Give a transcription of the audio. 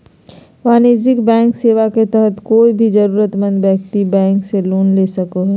वाणिज्यिक बैंकिंग सेवा के तहत कोय भी जरूरतमंद व्यक्ति बैंक से लोन ले सको हय